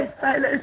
silence